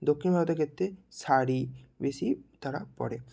দক্ষিণ ভারতের ক্ষেত্রে শাড়ি বেশি তারা পরে